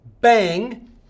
Bang